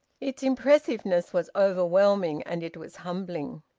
its impressiveness was overwhelming and it was humbling.